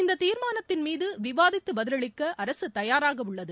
இந்த தீர்மானத்தின் மீது விவாதித்து பதிலளிக்க அரசு தயாராக உள்ளது